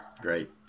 Great